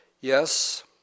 Yes